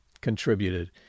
contributed